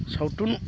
सावथुन